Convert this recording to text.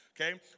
Okay